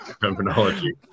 terminology